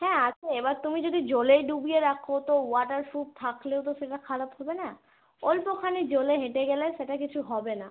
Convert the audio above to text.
হ্যাঁ আচ্ছা এবার তুমি যদি জলেই ডুবিয়ে রাখো তো ওয়াটার প্রুফ থাকলেও তো সেটা খারাপ হবে না অল্পখানি জলে হেঁটে গেলে সেটা কিছু হবে না